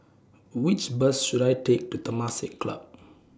Which Bus should I Take to Temasek Club